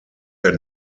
der